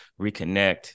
reconnect